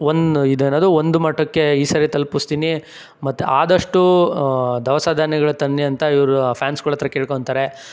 one ಇದೇನದು ಒಂದು ಮಠಕ್ಕೆ ಈ ಸರಿ ತಲುಪಿಸ್ತೀನಿ ಮತ್ತೆ ಆದಷ್ಟು ದವಸ ಧಾನ್ಯಗಳ ತನ್ನಿ ಅಂತ ಇವರು ಫ್ಯಾನ್ಸ್ಗಳತ್ರ ಕೇಳ್ಕೋತಾರೆ